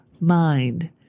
mind